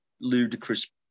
ludicrous